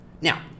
Now